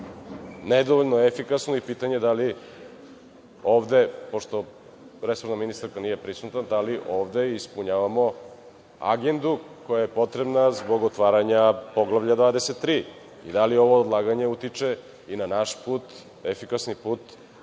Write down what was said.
nedovoljno efikasno, i pitanje, da li ovde, pošto resorna ministarka nije prisutna, da li ovde ispunjavamo agendu koja je potrebna zbog otvaranja Poglavlja 23. i da li ovo odlaganje utiče i na naš put, efikasni put